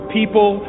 people